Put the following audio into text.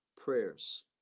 prayers